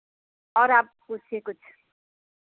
और आप पूछिए कुछ